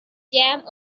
jam